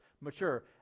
mature